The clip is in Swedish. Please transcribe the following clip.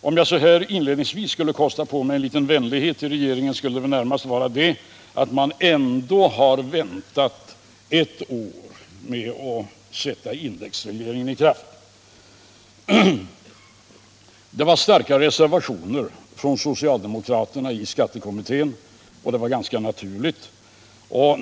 Om jag så här inledningsvis skulle kosta på mig en liten vänlighet mot regeringen, skulle det närmast vara att man ändå har väntat ett år med att sätta indexregleringen i kraft. Det var starka reservationer från socialdemokraterna i skattekommittén, och det var ganska naturligt.